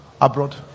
abroad